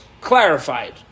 clarified